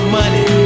money